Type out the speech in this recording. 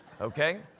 Okay